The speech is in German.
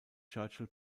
churchill